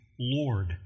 Lord